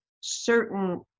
certain